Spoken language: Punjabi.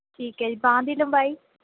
ਠੀਕ ਹੈ ਜੀ ਬਾਂਹ ਦੀ ਲੰਬਾਈ